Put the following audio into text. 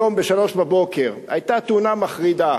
היום ב-03:00 היתה תאונה מחרידה,